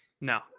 No